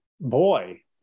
boy